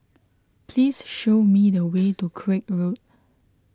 please show me the way to Craig Road